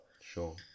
sure